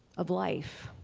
of life,